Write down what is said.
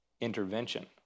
intervention